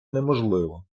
неможливо